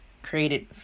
created